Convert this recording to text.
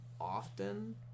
often